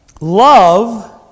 love